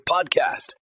Podcast